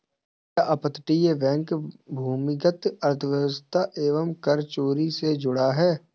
क्या अपतटीय बैंक भूमिगत अर्थव्यवस्था एवं कर चोरी से जुड़ा है?